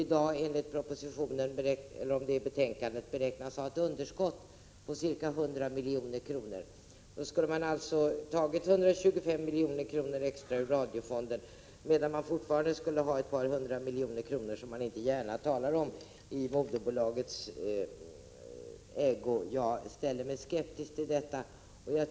I dag beräknas den ha ett underskott på ca 100 milj.kr. Man skulle alltså ha tagit 125 milj.kr. extra ur radiofonden medan man fortfarande skulle ha ett par hundra miljoner kronor i moderbolagets ägo som man inte gärna talar om. Jag ställer mig skeptisk till detta.